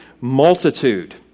multitude